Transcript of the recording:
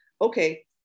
okay